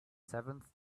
seventh